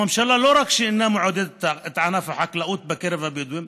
הממשלה לא רק שאינה מעודדת את ענף החקלאות בקרב הבדואים,